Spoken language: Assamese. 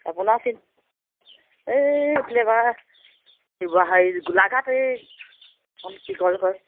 আপোনাৰ এই গোলাঘাট এই